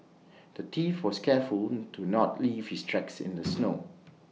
the thief was careful to not leave his tracks in the snow